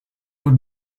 were